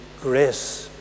grace